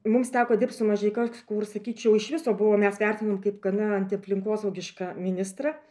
mums teko dirbt su mažeika kur sakyčiau iš viso buvo mes vertinam kaip gana antiaplinkosaugišką ministrą